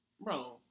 bro